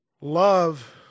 Love